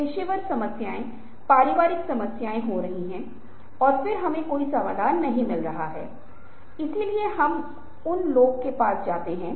लेकिन अंतिम अंक जो मैं बनाना चाहूंगा वह यह है कि इस विशेष संदर्भ में मैट्रिक्स ट्रिलॉजी तरह की ड्राइव से हमें चरम पर ले जाती है जहां कोई व्यक्ति वास्तविकता की दुनिया में रहता है